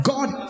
God